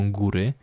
góry